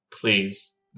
please